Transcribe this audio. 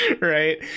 right